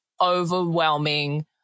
overwhelming